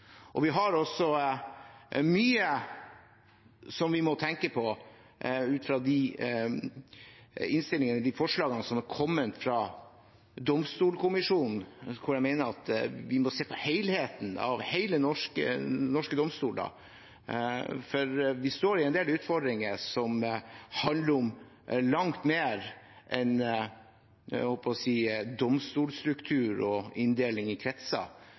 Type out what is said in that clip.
Vi har også mye som vi må tenke på ut fra de innstillingene, de forslagene som er kommet fra domstolkommisjonen, der jeg mener at vi må se på helheten i norske domstoler, for vi står i en del utfordringer som handler om langt mer enn domstolstruktur og inndeling i kretser. Det handler om rettsstaten og